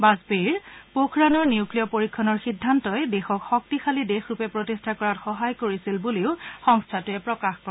বাজপেয়ীৰ পোখৰাণৰ নিউক্লিয় পৰীক্ষণৰ সিদ্ধান্তই দেশক শক্তিশালী দেশৰূপে প্ৰতিষ্ঠা কৰাত সহায় কৰিছিল বুলিও সংস্থাই প্ৰকাশ কৰে